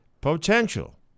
potential